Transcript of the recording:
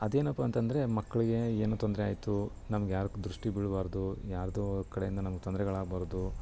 ಅದೇನಪ್ಪ ಅಂತ ಅಂದ್ರೆ ಮಕ್ಳಿಗೆ ಏನೋ ತೊಂದರೆ ಆಯಿತು ನಮ್ಗೆ ಯಾರದ್ದೂ ದೃಷ್ಟಿ ಬೀಳಬಾರ್ದು ಯಾರದ್ದೋ ಕಡೆಯಿಂದ ನಮ್ಗೆ ತೊಂದರೆಗಳಾಗ್ಬಾರ್ದು